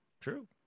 true